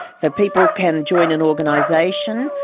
so people can join an organisation,